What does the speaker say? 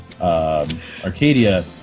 Arcadia